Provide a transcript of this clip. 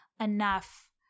enough